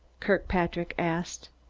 kirkpatrick asked.